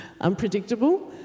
unpredictable